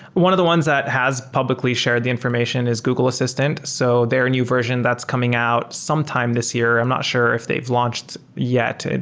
one of the ones that has publicly shared the information is google assistant. so their and new version that's coming out sometime this year, i'm not sure if they've launched yet.